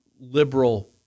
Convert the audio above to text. liberal